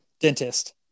Dentist